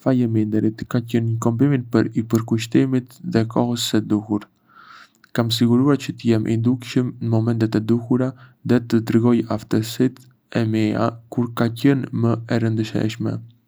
Faleminderit! Ka qenë një kombinim i përkushtimit dhe kohës së duhur. Kam siguruar çë të jem i dukshëm në momentet e duhura dhe të tregoj aftësitë e mia kur ka qenë më e rëndësishme.